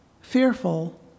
fearful